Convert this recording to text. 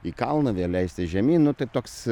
į kalną vėl leistis žemyn nu tai toks